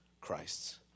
Christ's